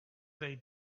they